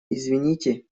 извините